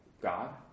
God